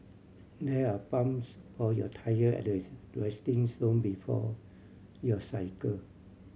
there are pumps for your tyre at the resting zone before you cycle